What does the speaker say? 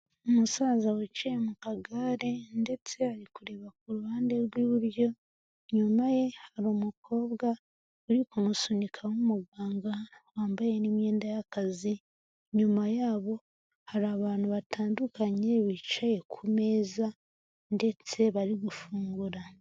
Umusaza wiciye mu kagare, ndetse ari kureba ku ruhande rw'iburyo, inyuma ye hari umukobwa uri kumusunika w'umuganga, wambaye n'iyenda y'akazi, nyuma yabo hari abantu batandukanye, bicaye ku meza, ndetse bari gufungura.